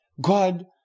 God